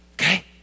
Okay